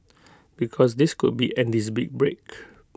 because this could be Andy's big break